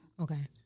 Okay